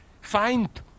find